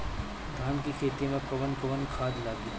धान के खेती में कवन कवन खाद लागी?